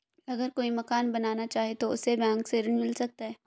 अगर कोई मकान बनाना चाहे तो उसे बैंक से ऋण मिल सकता है?